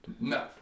No